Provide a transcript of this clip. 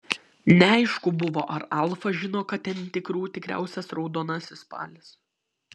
neaišku buvo ar alfa žino kad ten tikrų tikriausias raudonasis spalis